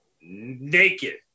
naked